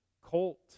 colt